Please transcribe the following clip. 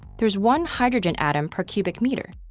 there's one hydrogen atom per cubic meter.